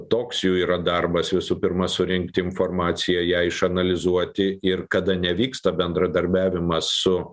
toks jų yra darbas visų pirma surinkti informaciją ją išanalizuoti ir kada nevyksta bendradarbiavimas su